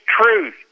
truth